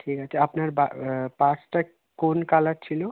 ঠিক আছে আপনার পার্সটা কোন কালার ছিলো